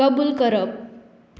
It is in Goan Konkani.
कबूल करप